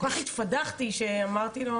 אמרתי לו